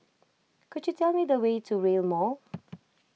could you tell me the way to Rail Mall